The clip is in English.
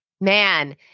Man